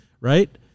right